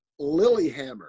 Lilyhammer